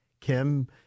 Kim